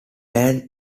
band